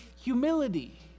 humility